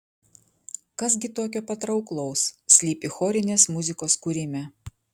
kas gi tokio patrauklaus slypi chorinės muzikos kūrime